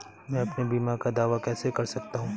मैं अपने बीमा का दावा कैसे कर सकता हूँ?